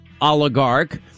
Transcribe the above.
oligarch